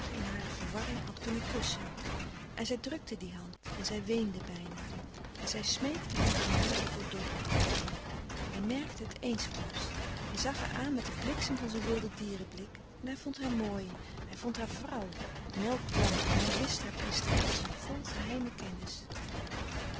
in hare verwarring had kunnen kussen en zij drukte die hand en zij weende bijna en zij smeekte hem genade voor doddy hij merkte het eensklaps hij zag haar aan met den bliksem van zijn wilde dieren blik en hij vond haar mooi hij vond haar vrouw melkblank en hij wist haar priesteres vol geheime kennis